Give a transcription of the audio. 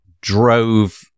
drove